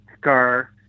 car